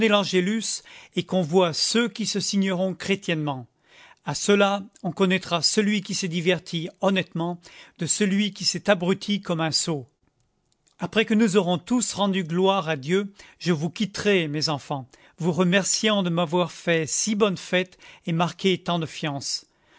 l'angélus et qu'on voie ceux qui se signeront chrétiennement à cela on connaîtra celui qui s'est diverti honnêtement de celui qui s'est abruti comme un sot après que nous aurons tous rendu gloire à dieu je vous quitterai mes enfants vous remerciant de m'avoir fait si bonne fête et marqué tant de fiance